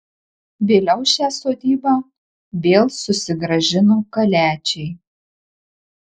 vėliau šią sodybą vėl susigrąžino kaliačiai